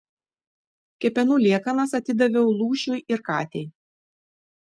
kepenų liekanas atidaviau lūšiui ir katei